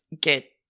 get